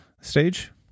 stage